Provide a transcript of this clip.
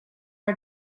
our